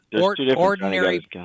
Ordinary